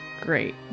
great